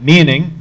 Meaning